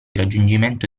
raggiungimento